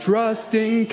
Trusting